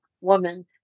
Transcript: woman